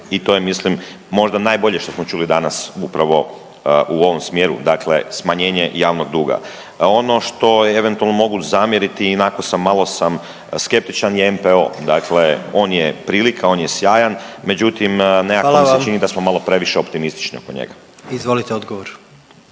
i to je mislim možda najbolje što smo čuli danas upravo u ovom smjeru. Dakle, smanjenje javnog duga. Ono što eventualno mogu zamjeriti i onako malo sam skeptičan je NPO, dakle on je prilika on je sjajan međutim nekako mi se čini …/Upadica: Hvala vam./… da smo malo previše optimistični oko njega. **Jandroković,